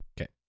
Okay